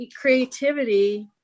creativity